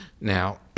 now